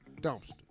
dumpster